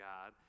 God